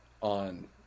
on